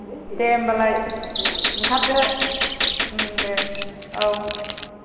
दे होनबालाय ओंखारदो दे औ